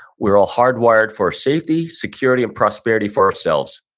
we're all hardwired for safety, security, and prosperity for ourselves.